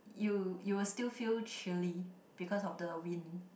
you you will still feel chilly because of the wind